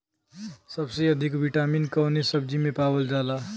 सबसे अधिक विटामिन कवने सब्जी में पावल जाला?